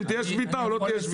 תהיה שביתה או לא תהיה שביתה?